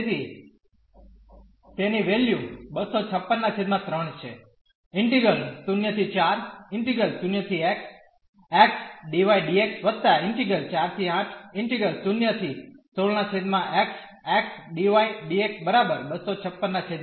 તેથી તેની વેલ્યુ 2563 છે